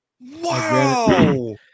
wow